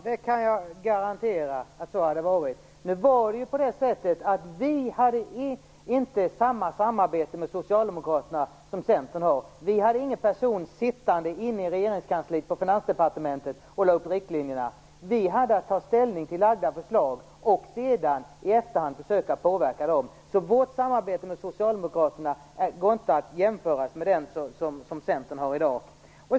Herr talman! Jag kan garantera att så hade varit fallet. Men vi hade inte samma samarbete med Socialdemokraterna som Centern har. Vi hade ingen person som satt i regeringskansliet, på Finansdepartementet, och lade upp riktlinjerna. Vi hade att ta ställning till framlagda förslag och i efterhand försöka påverka dem. Vårt samarbete med Socialdemokraterna går inte att jämföra med det som Centern har i dag.